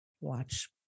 Watch